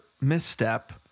misstep